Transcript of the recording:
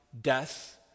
death